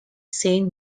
saint